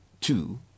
two